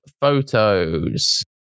photos